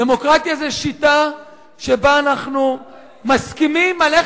דמוקרטיה זה שיטה שבה אנחנו מסכימים על איך